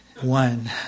One